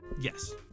yes